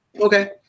Okay